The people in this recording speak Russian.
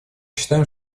считаем